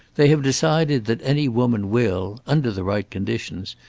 they have decided that any woman will, under the right conditions,